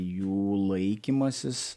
jų laikymasis